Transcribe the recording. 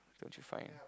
don't you find